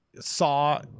Saw